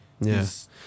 yes